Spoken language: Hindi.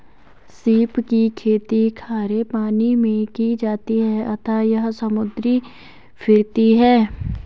सीप की खेती खारे पानी मैं की जाती है अतः यह समुद्री फिरती है